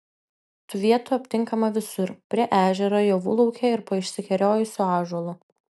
tų vietų aptinkama visur prie ežero javų lauke ir po išsikerojusiu ąžuolu